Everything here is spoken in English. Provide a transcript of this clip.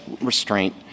restraint